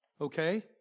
okay